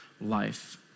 life